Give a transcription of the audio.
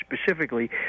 specifically